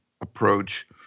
approach